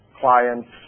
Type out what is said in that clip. clients